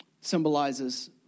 symbolizes